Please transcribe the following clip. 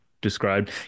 described